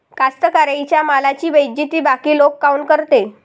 कास्तकाराइच्या मालाची बेइज्जती बाकी लोक काऊन करते?